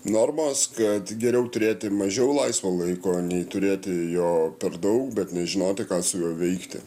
normos kad geriau turėti mažiau laisvo laiko nei turėti jo per daug bet nežinoti ką su juo veikti